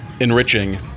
enriching